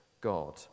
God